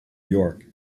york